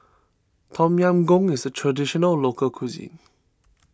Tom Yam Goong is a Traditional Local Cuisine